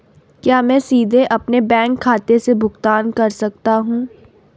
क्या मैं सीधे अपने बैंक खाते से भुगतान कर सकता हूं?